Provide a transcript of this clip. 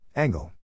Angle